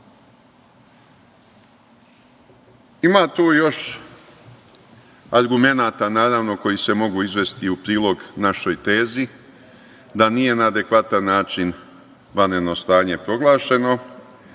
tu još argumenata, naravno, koji se mogu izvesti u prilog našoj tezi da nije na adekvatan način vanredno stanje proglašeno,